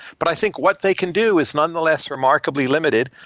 but i think what they can do is nonetheless remarkably limited,